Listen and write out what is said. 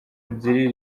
ebyiri